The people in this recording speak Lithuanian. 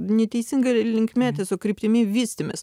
neteisinga linkme tiesiog kryptimi vystėmės